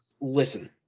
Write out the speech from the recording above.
Listen